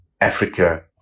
Africa